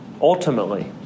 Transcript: Ultimately